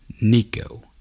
Nico